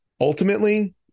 ultimately